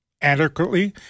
adequately